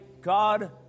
God